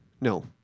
No